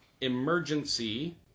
emergency